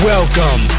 Welcome